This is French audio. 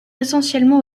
essentiellement